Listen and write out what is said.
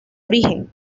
origen